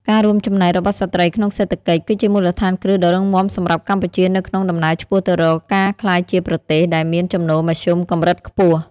ការរួមចំណែករបស់ស្ត្រីក្នុងសេដ្ឋកិច្ច គឺជាមូលដ្ឋានគ្រឹះដ៏រឹងមាំសម្រាប់កម្ពុជានៅក្នុងដំណើរឆ្ពោះទៅរកការក្លាយជាប្រទេសដែលមានចំណូលមធ្យមកម្រិតខ្ពស់។